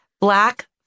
black